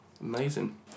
Amazing